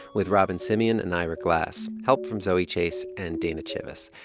with robyn semien and ira glass. help from zoe chace and dana chivvis.